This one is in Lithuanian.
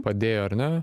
padėjo ar ne